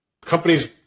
Companies